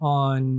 on